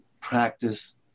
practice